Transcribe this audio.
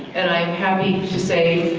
and i'm happy to say,